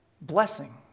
blessing